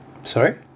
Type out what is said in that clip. sorry